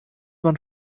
man